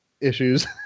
issues